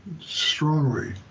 strongly